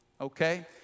okay